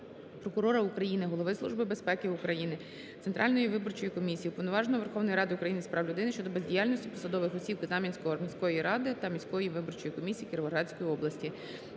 прокурора України, голови Служби безпеки України, Центральної виборчої комісіі, Уповноваженого Верховної Ради України з прав людини щодо бездіяльності посадових осіб Знам'янської міської ради та міської виборчої комісії Кіровоградської області.